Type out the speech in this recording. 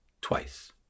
twice